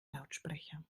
lautsprecher